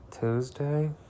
Tuesday